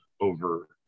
over